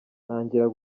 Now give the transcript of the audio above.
ntangira